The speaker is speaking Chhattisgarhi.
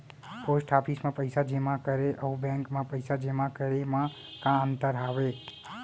पोस्ट ऑफिस मा पइसा जेमा करे अऊ बैंक मा पइसा जेमा करे मा का अंतर हावे